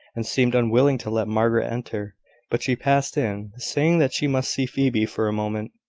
and seemed unwilling to let margaret enter but she passed in, saying that she must see phoebe for a moment.